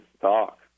talk